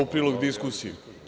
U prilog diskusiji.